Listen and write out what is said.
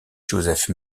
joseph